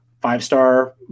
five-star